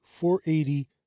480